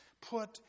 put